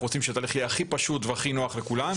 רוצים שהתהליך יהיה הכי פשוט והכי נוח לכולם,